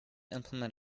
implement